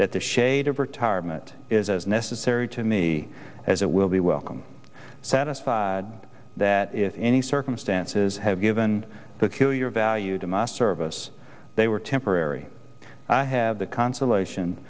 that the shade of retirement is as necessary to me as it will be welcome satisfied that if any circumstances have given peculiar value to my service they were temporary i have the consolation